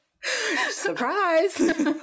surprise